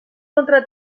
contra